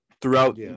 throughout